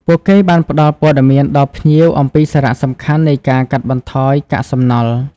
ពួកគេបានផ្តល់ព័ត៌មានដល់ភ្ញៀវអំពីសារៈសំខាន់នៃការកាត់បន្ថយកាកសំណល់។